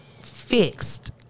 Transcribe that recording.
Fixed